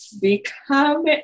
become